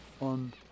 on